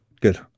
good